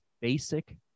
basic